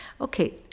Okay